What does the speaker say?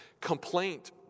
Complaint